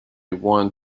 one